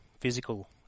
physical